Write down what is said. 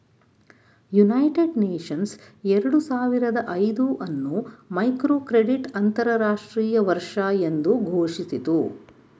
United Nations ಎರಡು ಸಾವಿರದ ಐದು ಅನ್ನು ಮೈಕ್ರೋಕ್ರೆಡಿಟ್ ಅಂತರಾಷ್ಟ್ರೀಯ ವರ್ಷ ಎಂದು ಘೋಷಿಸಿತು